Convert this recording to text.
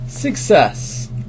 Success